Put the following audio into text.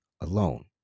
alone